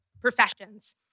professions